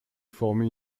former